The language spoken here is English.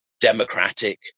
democratic